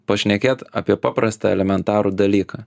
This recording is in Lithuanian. pašnekėt apie paprastą elementarų dalyką